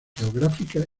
geográficas